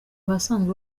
basanzwe